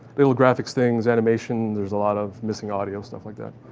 little graphics things, animation, there's a lot of missing audio, stuff like that.